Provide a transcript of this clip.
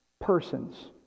persons